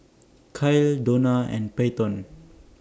Kael Dona and Peyton